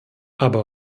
aber